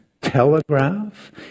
telegraph